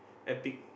epic